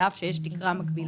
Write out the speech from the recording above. על אף שיש תקרה מגבילה.